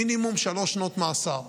מינימום שלוש שנות מאסר,